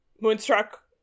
Moonstruck